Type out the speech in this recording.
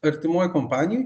artimoj kompanijoj